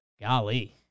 Golly